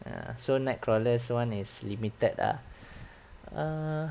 uh so nightcrawlers one is limited ah err